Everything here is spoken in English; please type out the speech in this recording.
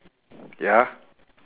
ya